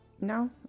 No